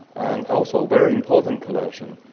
and also a very important collection.